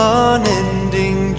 unending